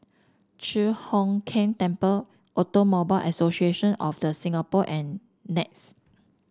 Chi Hock Keng Temple Automobile Association of The Singapore and Nex